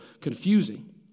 confusing